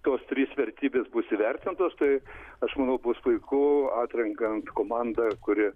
tos trys vertybės bus įvertintos tai aš manau bus puiku atrenkant komandą kuri